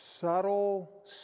subtle